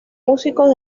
músicos